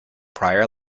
prior